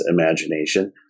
imagination